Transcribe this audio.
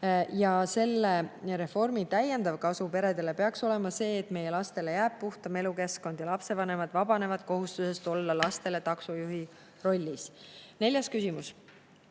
Selle reformi täiendav kasu peredele peaks olema see, et meie lastele jääb puhtam elukeskkond ja lapsevanemad vabanevad kohustusest olla lastele taksojuht. Neljas küsimus: